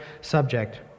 subject